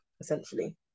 essentially